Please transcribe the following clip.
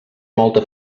molta